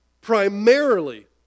Primarily